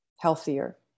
healthier